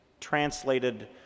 translated